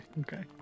Okay